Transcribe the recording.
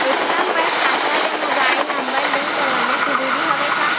ATM बर खाता ले मुबाइल नम्बर लिंक करवाना ज़रूरी हवय का?